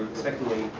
secondly,